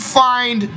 find